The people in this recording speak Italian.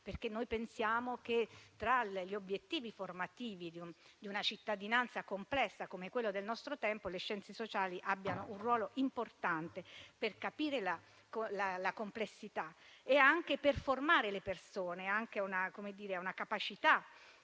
pensiamo infatti che, tra gli obiettivi formativi di una cittadinanza complessa come quella del nostro tempo, le scienze sociali rivestono un ruolo importante per capire la complessità e per formare le persone alla capacità